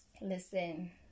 Listen